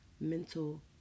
mental